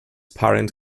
parent